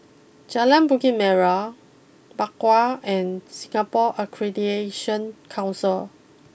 Jalan Bukit Merah Bakau and Singapore Accreditation Council